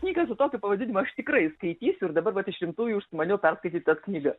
knygą su tokiu pavadinimu aš tikrai skaitysiu ir dabar vat iš rimtųjų užsimaniau perskaityt tas knygas